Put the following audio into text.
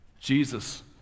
Jesus